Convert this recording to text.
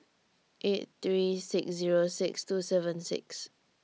eight three six Zero six two seven six